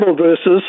verses